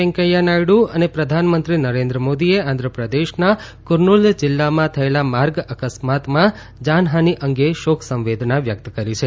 વેંકૈયા નાયડુ અને પ્રધાનમંત્રી નરેન્દ્ર મોદીએ આંધ્રપ્રદેશના કુર્નૂલ જિલ્લામાં માર્ગ અકસ્માતમાં થયેલી જાનહાની અંગે શોક સંવેદના વ્યક્ત કરી છે